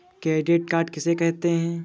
Credit card किसे कहते हैं?